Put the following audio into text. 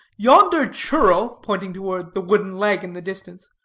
yonder churl, pointing toward the wooden leg in the distance,